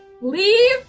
leave